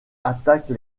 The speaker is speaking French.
attaque